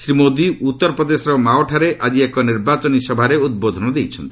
ଶ୍ରୀ ମୋଦି ଉତ୍ତର ପ୍ରଦେଶର ମାଓ ଠାରେ ଆକି ଏକ ନିର୍ବାଚନୀ ସଭାରେ ଉଦ୍ବୋଧନ ଦେଇଛନ୍ତି